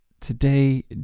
Today